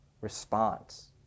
response